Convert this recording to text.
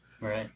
Right